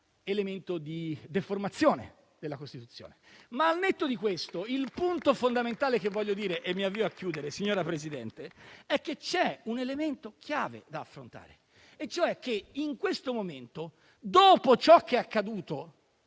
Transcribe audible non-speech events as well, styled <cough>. elemento di deformazione. <applause> Al netto di questo, però, il punto fondamentale che voglio dire - e mi avvio a chiudere, signora Presidente - è che c'è un elemento chiave da affrontare. In questo momento, dopo ciò che è accaduto